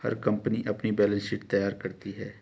हर company अपनी balance sheet तैयार करती है